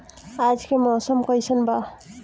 आज के मौसम कइसन बा?